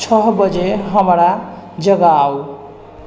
छओ बजे हमरा जगाउ